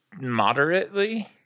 Moderately